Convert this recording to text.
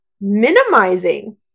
minimizing